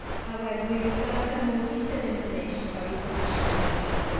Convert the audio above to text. however, we would welcome more detailed information about this additional money,